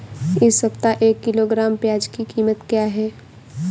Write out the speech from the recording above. इस सप्ताह एक किलोग्राम प्याज की कीमत क्या है?